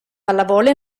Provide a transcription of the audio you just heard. pallavolo